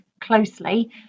closely